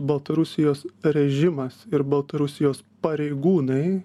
baltarusijos režimas ir baltarusijos pareigūnai